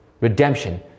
Redemption